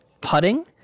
putting